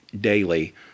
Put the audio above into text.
daily